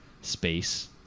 space